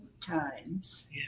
times